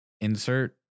insert